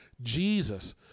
Jesus